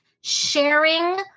sharing